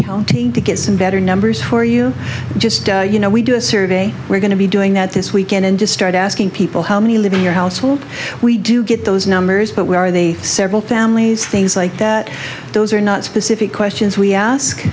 counting to get some better numbers for you just you know we do a survey we're going to be doing that this weekend to start asking people how many live in your household we do get those numbers but where are they several families things like that those are not specific questions we ask